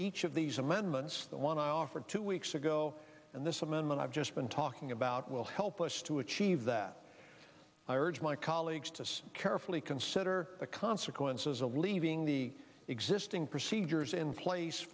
each of these amendments offered two weeks ago and this amendment i've just been talking about will help us to achieve that i urge my colleagues to carefully consider the consequences of leaving the existing procedures in place